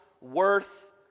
worth